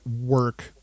work